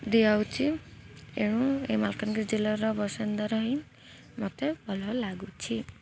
ଦିଆହେଉଛି ଏଣୁ ଏଇ ମାଲକାନଗିରି ଜିଲ୍ଲାର ବାସିନ୍ଦା ରହି ମୋତେ ଭଲ ଲାଗୁଛି